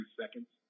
seconds